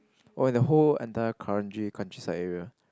oh the whole entire Kranji countryside area